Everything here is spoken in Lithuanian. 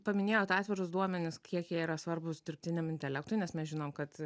paminėjot atvirus duomenis kiek jie yra svarbūs dirbtiniam intelektui nes mes žinom kad